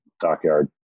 Dockyard